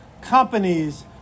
companies